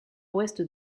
ouest